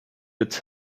its